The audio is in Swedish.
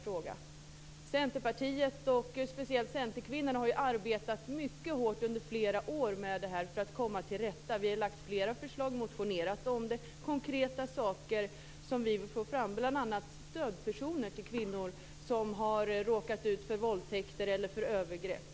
Centerpartiet och centerkvinnorna har arbetat mycket hårt under flera år med dessa frågor för att komma till rätta med situationen. Vi har lagt fram flera konkreta förslag och väckt motioner. De har bl.a. gällt stödpersoner till kvinnor som har råkat ut för våldtäkter eller övergrepp.